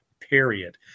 period